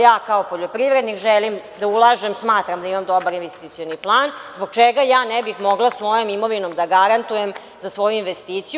Ja, kao poljoprivrednik, želim da ulažem, smatram da imam dobar investicioni plan, zbog čega ja ne bih mogla svojim imovinom da garantujem za svoju investiciju?